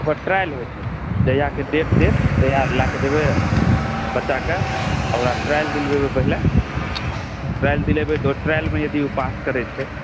ओकर ट्रायल होइ छै जहिआके डेट देत तहिआ लए कऽ जेबै बच्चाके आ ओकरा ट्रायल दिलवेबै पहिले ट्रायल दिलेबै यदि ओ ट्रायलमे ओ पास करै छै